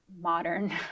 modern